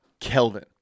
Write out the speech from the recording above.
Kelvin